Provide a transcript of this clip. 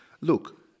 Look